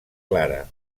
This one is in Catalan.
clara